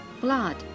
blood